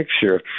picture